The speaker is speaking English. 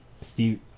Steve